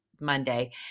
monday